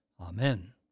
Amen